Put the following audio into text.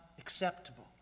acceptable